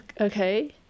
okay